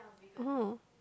oh